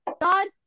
God